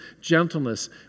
gentleness